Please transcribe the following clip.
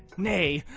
nay!